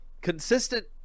consistent